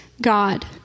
God